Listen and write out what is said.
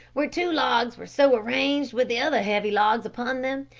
where two logs were so arranged with other heavy logs upon them,